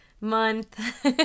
month